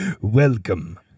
Welcome